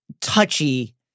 touchy